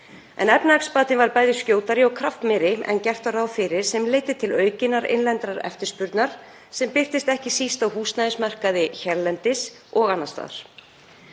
En efnahagsbatinn var bæði skjótari og kraftmeiri en gert var ráð fyrir, sem leiddi til aukinnar innlendrar eftirspurnar, sem birtist ekki síst á húsnæðismarkaði hérlendis og annars staðar.